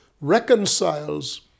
reconciles